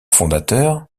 fondateur